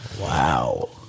Wow